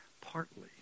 partly